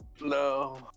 No